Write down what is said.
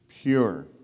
pure